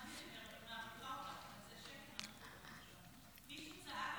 מישהו צעק על